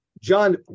John